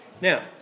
Now